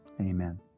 amen